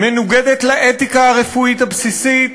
מנוגדת לאתיקה הרפואית הבסיסית,